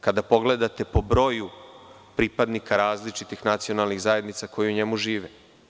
Kada pogledate po broju pripadnika različitih nacionalnih zajednica koje u njemu žive.